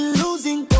losing